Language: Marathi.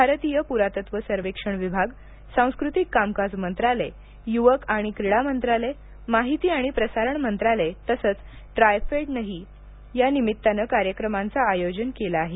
भारतीय पुरातत्व सर्वेक्षण विभाग सांस्कृतिक कामकाज मंत्रालय युवक आणि क्रीडा मंत्रालय माहिती आणि प्रसारण मंत्रालय तसंच ट्राइफेडनं देखील यानिमित्तानं कार्यक्रमांचं आयोजन केलं आहे